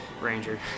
Ranger